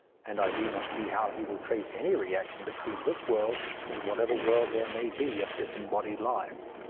and i do not see how he will trace any reaction between this world and whatever world there may be of disembodied lives.